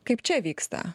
kaip čia vyksta